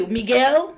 Miguel